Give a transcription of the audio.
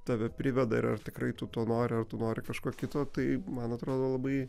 tave priveda ir ar tikrai tu to nori ar tu nori kažko kito tai man atrodo labai